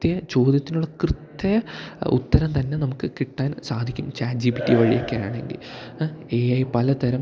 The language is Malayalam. കൃത്യ ചോദ്യത്തിനുള്ള കൃത്യ ഉത്തരം തന്നെ നമുക്ക് കിട്ടാൻ സാധിക്കും ചാറ്റ് ജി പി റ്റി വഴിയൊക്കെ ആണെങ്കിൽ എ ഐ പലതരം